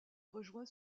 rejoint